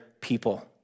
people